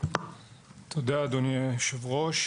(הצגת מצגת) תודה אדוני היושב-ראש.